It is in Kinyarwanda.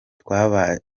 twabayeho